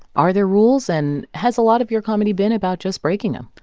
are there rules? and has a lot of your comedy been about just breaking them?